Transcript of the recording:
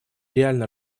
реально